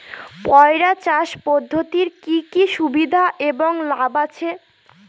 পয়রা চাষ পদ্ধতির কি কি সুবিধা এবং লাভ আছে?